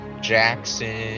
Jackson